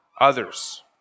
others